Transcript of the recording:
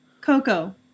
Coco